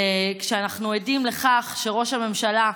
כשאנחנו עדים לכך שראש הממשלה,